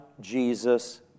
Jesus